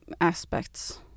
aspects